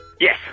yes